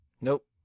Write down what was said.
Nope